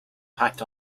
packed